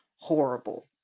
horrible